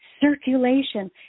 circulation